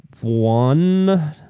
one